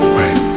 right